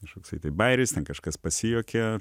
kažkoks tai bajeris ten kažkas pasijuokė